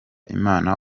imana